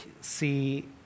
see